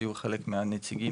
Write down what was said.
היו חלק מהנציגים,